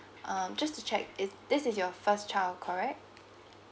um just to check is this is your first child correct